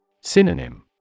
Synonym